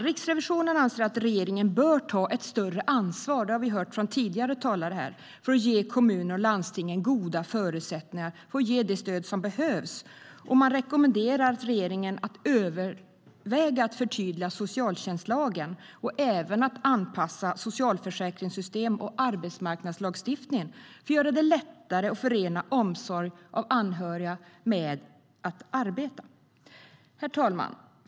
Riksrevisionen anser att regeringen bör ta ett större ansvar - och det har vi hört från tidigare talare här - för att ge kommuner och landsting goda förutsättningar att ge det stöd som behövs. Man rekommenderar regeringen att överväga att förtydliga socialtjänstlagen och även att anpassa socialförsäkringssystemet och arbetsmarknadslagstiftningen för att göra det lättare att förena omsorg om anhöriga med arbete. Herr talman!